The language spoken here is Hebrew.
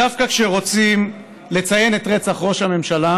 דווקא כשרוצים לציין את רצח ראש הממשלה